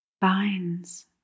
Binds